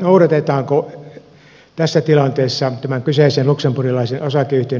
noudatetaanko tässä tilanteessa tämän kyseisen luxemburgilaisen osakeyhtiön yhtiöjärjestystä